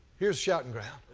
here's shouting ground.